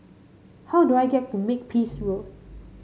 how do I get to Makepeace Road